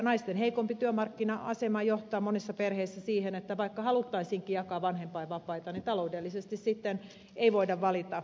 naisten heikompi työmarkkina asema johtaa monissa perheissä siihen että vaikka haluttaisiinkin jakaa vanhempainvapaita niin taloudellisesti sitten ei voida valita